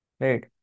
Right